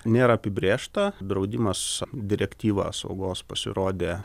nėra apibrėžta draudimas direktyvą saugos pasirodę